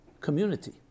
community